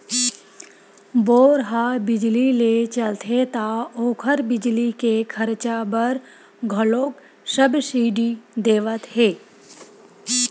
bore ह बिजली ले चलथे त ओखर बिजली के खरचा बर घलोक सब्सिडी देवत हे